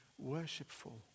worshipful